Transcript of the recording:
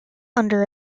under